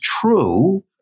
true